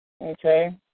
okay